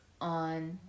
on